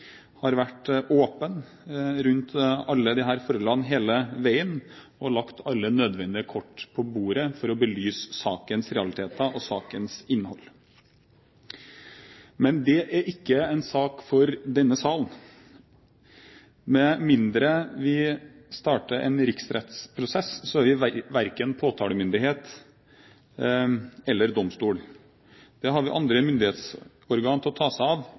har vært åpen om alle disse forholdene hele veien, og lagt alle nødvendige kort på bordet for å belyse sakens realiteter og sakens innhold. Men det er ikke en sak for denne salen. Med mindre vi starter en riksrettsprosess, er vi verken påtalemyndighet eller domstol. Det har vi andre myndighetsorganer til å ta seg av,